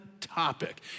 topic